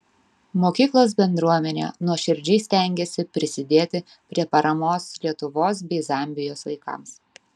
mokyklos bendruomenė nuoširdžiai stengėsi prisidėti prie paramos lietuvos bei zambijos vaikams